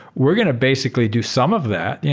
we're going to basically do some of that.